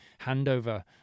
handover